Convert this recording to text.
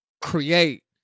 create